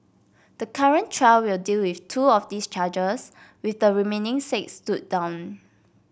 the current trial will deal with two of those charges with the remaining six stood down